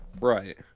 Right